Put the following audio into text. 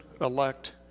elect